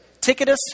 Ticketus